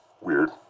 weird